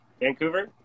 Vancouver